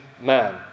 man